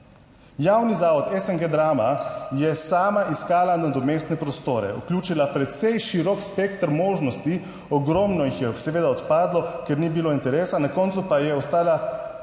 Javni zavod SNG Drama je sama iskala nadomestne prostore, vključila precej širok spekter možnosti, ogromno jih je seveda odpadlo, ker ni bilo interesa, na koncu pa je ostala